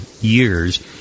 years